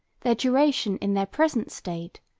their duration in their present state,